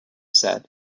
said